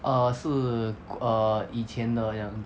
err 是 err 以前的人